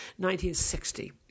1960